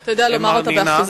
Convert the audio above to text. אתה יודע לומר את זה באחוזים?